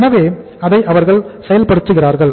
எனவே அதை அவர்கள் செயல்படுத்துகிறார்கள்